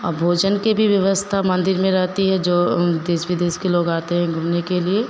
और भोजन के भी व्यवस्था मंदिर में रहती है जो देश विदेश के लोग आते हैं घूमने के लिए